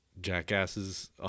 jackasses